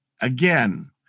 Again